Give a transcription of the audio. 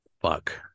Fuck